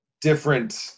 different